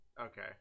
Okay